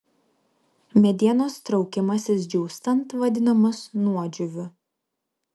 medienos traukimasis džiūstant vadinamas nuodžiūviu